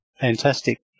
fantastic